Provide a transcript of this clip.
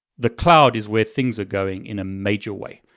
the cloud is where things are going in a major way.